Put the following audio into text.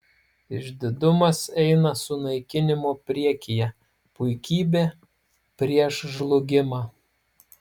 išdidumas eina sunaikinimo priekyje puikybė prieš žlugimą